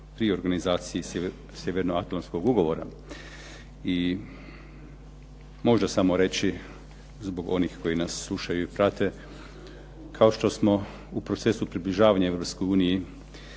pri organizaciji Sjevernoatlantskog ugovora i možda samo reći zbog onih koji nas slušaju i prate. Kao što smo u procesu približavanja